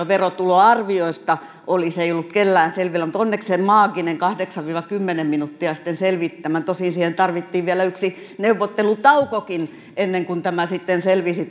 verotuloarviosta oli se ei ollut kellään selvillä mutta onneksi se maaginen kahdeksan viiva kymmenen minuuttia sitten selvitti tämän tosin siihen tarvittiin vielä yksi neuvottelutaukokin ennen kuin tämä verotuloarvio sitten selvisi